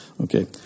Okay